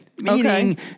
Meaning